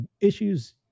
issues